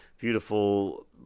beautiful